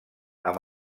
amb